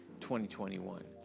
2021